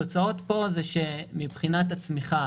התוצאות הן שמבחינת הצמיחה